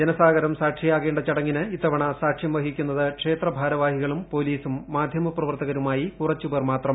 ജനസാഗരം സാക്ഷിയാകേണ്ട ചടങ്ങിന് ഇത്തവണ സാക്ഷൃം വഹിക്കുന്നത് ക്ഷേത്ര ഭാരവാഹികളും പോലീസും മാധ്യമപ്രവർത്തകരുമായി കുറച്ചുപേർ മാത്രം